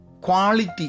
quality